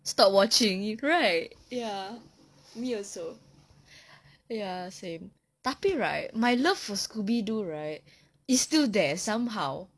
stop watching it right ya me also ya same tapi right my love for scooby doo right is still there somehow